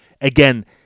again